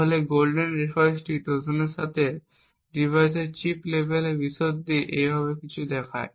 তাহলে গোল্ডেন রেফারেন্সটি ট্রোজানের সাথে ডিভাইসের চিপ লেভেলের বিশদটি এইরকম কিছু দেখায়